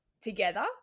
together